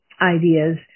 ideas